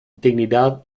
dignidad